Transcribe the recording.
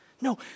No